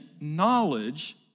knowledge